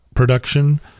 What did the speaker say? Production